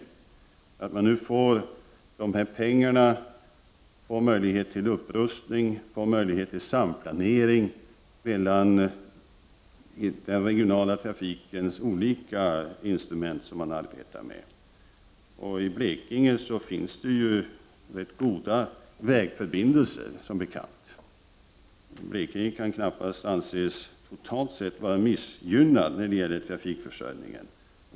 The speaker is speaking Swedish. Man får genom dessa pengar en möjlighet till upprustning och samplanering när det gäller de olika instrument som man arbetar med inom den regionala trafiken. Det finns som bekant i Blekinge rätt goda vägförbindelser. Blekinge kan knappast totalt sett anses missgynnat när det gäller trafikförsörjning.